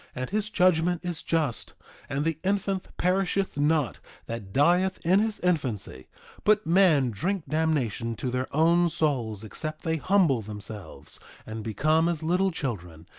and his judgment is just and the infant perisheth not that dieth in his infancy but men drink damnation to their own souls except they humble themselves and become as little children,